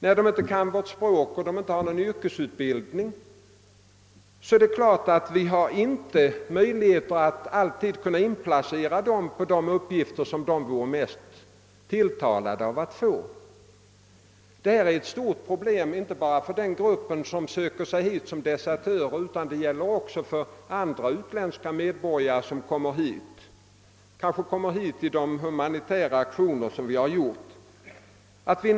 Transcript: När de inte kan vårt språk och inte har någon yrkesutbildning, är det klart att vi inte alltid har möjlighet att placera dem på de uppgifter som de själva är mest tilltalade av att få. Det här är ett stort problem inte ba ra för den grupp som sökt sig hit som desertörer, utan det gäller också andra utländska medborgare, som kanske kommit hit som ett resultat av de humanitära aktioner vi gjort.